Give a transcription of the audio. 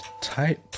type